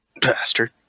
Bastard